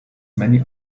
many